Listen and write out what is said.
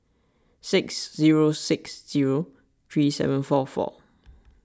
six zero six zero three seven four four